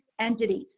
entities